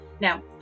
Now